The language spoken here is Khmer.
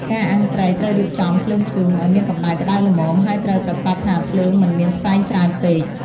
ការអាំងត្រីត្រូវរៀបចំ ភ្លើងធ្យូង ឲ្យមានកម្ដៅក្តៅល្មម ហើយត្រូវប្រាកដថាភ្លើងមិនមានផ្សែងច្រើនពេក។